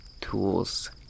tools